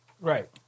Right